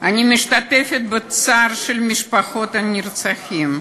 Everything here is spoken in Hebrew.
אני משתתפת בצער של משפחות הנרצחים,